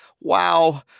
wow